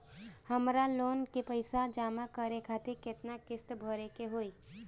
हमर लोन के पइसा जमा करे खातिर केतना किस्त भरे के होई?